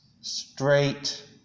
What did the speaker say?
straight